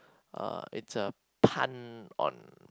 uh it's a pun on